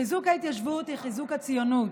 חיזוק ההתיישבות הוא חיזוק הציונות.